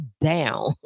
down